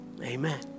Amen